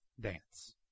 dance